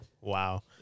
Wow